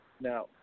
Now